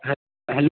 हे हेलो